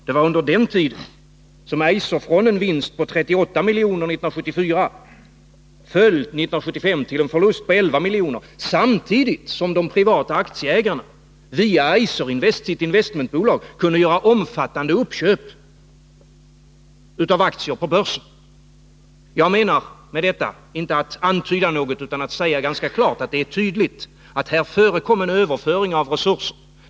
Det var under den tiden som Eiser från en vinst på 38 milj.kr. 1974 föll till en förlust 1975 på 11 milj.kr. Samtidigt kunde de privata aktieägarna via Eiserinvest, sitt investmentbolag, göra omfattande uppköp av aktier på börsen. Jag menar med detta inte att antyda något utan att säga ganska klart att det är tydligt att här förekom en överföring av resurser.